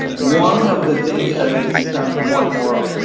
one of the things that are becoming more and more